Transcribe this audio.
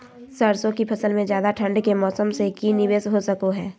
सरसों की फसल में ज्यादा ठंड के मौसम से की निवेस हो सको हय?